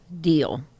deal